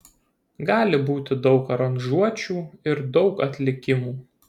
gali būti daug aranžuočių ir daug atlikimų